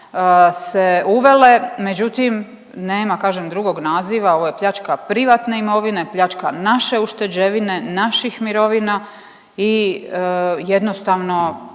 se uvele, međutim kažem drugog naziva ovo je pljačka privatne imovine, pljačka naše ušteđevine, naših mirovina i jednostavno